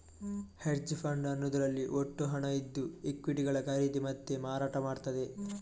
hedge fund ಅನ್ನುದ್ರಲ್ಲಿ ಒಟ್ಟು ಹಣ ಇದ್ದು ಈಕ್ವಿಟಿಗಳ ಖರೀದಿ ಮತ್ತೆ ಮಾರಾಟ ಮಾಡ್ತದೆ